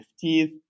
teeth